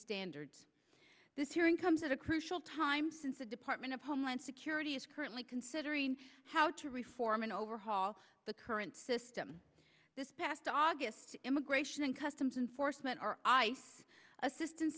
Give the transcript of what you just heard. standards this hearing comes at a crucial time since the department of homeland security is currently considering how to reform and overhaul the current system this past august immigration and customs enforcement or ice assistan